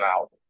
out